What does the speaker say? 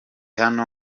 hano